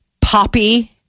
poppy